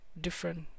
different